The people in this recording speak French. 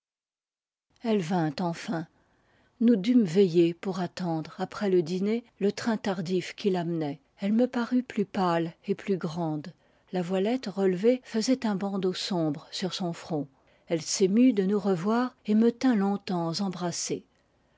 elle vint enfin nous dûmes veiller pour attendre après le dîner le train tardif qui l'amenait elle me parut plus pâle et plus grande la voilette relevée faisait un bandeau sombre sur son front elle s'émut de nous revoir et me tint longtemps embrassé